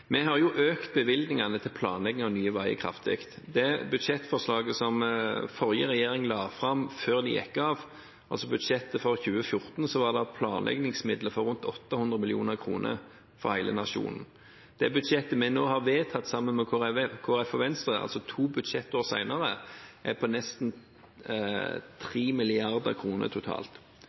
Vi har økt bevilgningene til planlegging av nye veier kraftig. I det budsjettforslaget som den forrige regjeringen la fram før den gikk av, altså budsjettet for 2014, var det planleggingsmidler for rundt 800 mill. kr for hele nasjonen. Det budsjettet vi nå har vedtatt sammen med Kristelig Folkeparti og Venstre, altså to budsjettår senere, er på nesten 3 mrd. kr totalt.